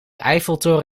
eiffeltoren